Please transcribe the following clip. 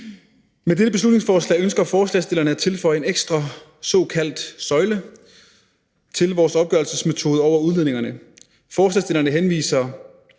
Med dette beslutningsforslag ønsker forslagsstillerne at tilføje en ekstra såkaldt søjle til vores opgørelsesmetode over udledningerne. Forslagsstillerne henviser